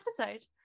episode